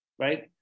right